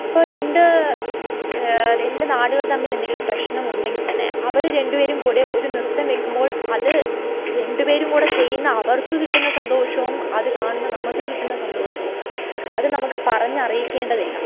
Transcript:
ഇപ്പോൾ രണ്ട് രണ്ട് നാടുകൾ തമ്മിൽ എന്തെങ്കിലും പ്രശ്നമുണ്ടെങ്കിൽ തന്നെ അവർ രണ്ട് പേരും കൂടി ഒരു നൃത്തം വയ്ക്കുമ്പോൾ അത് രണ്ടുപേരും കൂടി ചെയ്യുന്ന അവർക്ക് കിട്ടുന്ന സന്തോഷവും അത് കാണുന്ന നമുക്ക് കിട്ടുന്ന സന്തോഷവും അത് നമുക്ക് പറഞ്ഞറിയിക്കേണ്ടതില്ല